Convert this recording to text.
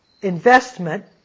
investment